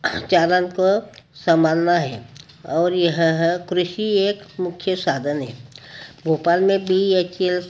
चारन को संमालना है और यह कृषि एक मुख्य साधन है भोपाल में भी एच एल